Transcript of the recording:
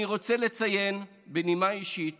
אני רוצה לציין בנימה אישית